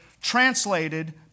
translated